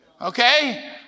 okay